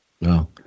No